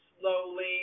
Slowly